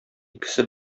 икесе